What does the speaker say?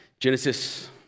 Genesis